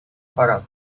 para